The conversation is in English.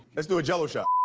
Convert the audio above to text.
let's do a jello shot.